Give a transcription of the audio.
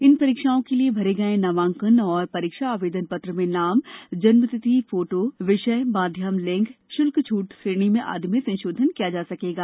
इन परीक्षाओं के लिए भरे गये नामांकन और परीक्षा आवेदन पत्र में नाम जन्मतिथि फोटो विषय माध्यम लिंग शुल्क छूट श्रेणी आदि में संशोधन किया जा सकेगा